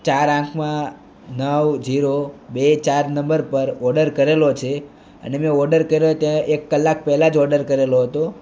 ચાર આઠમાં નવ જીરો બે ચાર નંબર પર ઓર્ડર કરેલો છે અને મે ઓર્ડર કર્યો ત્યાં એક કલાક પહેલાં જ ઓર્ડર કરેલો હતો